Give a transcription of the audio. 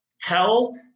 hell